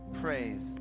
Praise